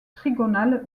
trigonale